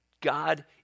God